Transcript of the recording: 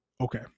Okay